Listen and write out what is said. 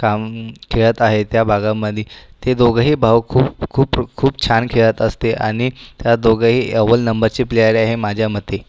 काम खेळत आहे त्या भागामध्ये ते दोघंही भाऊ खूप खूप खूप खूप छान खेळत असते आणि त्या दोघंही अव्वल नंबरचे प्लेयर आहे माझ्या मते